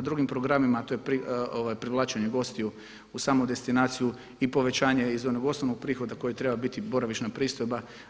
drugim programima a to je privlačenje gostiju u samu destinaciju i povećanje iz onog osnovnog prihoda koji treba biti boravišna pristojba.